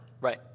right